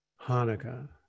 Hanukkah